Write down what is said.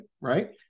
right